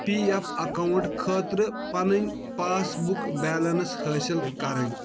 P F account خٲطرٕ پنٕنۍ passbook balance حٲصِل کرٕنۍ